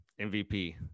MVP